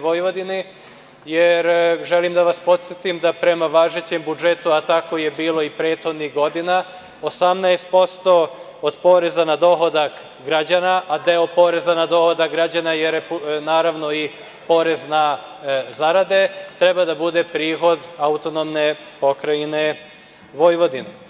Vojvodini, jer želim da vas podsetim da prema važećem budžetu, a tako je bilo i prethodnih godina, 18% od poreza na dohodak građana, a deo poreza na dohodak građana je naravno i porez na zarade, treba da bude prihod AP Vojvodine.